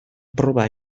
proba